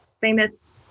famous